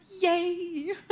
Yay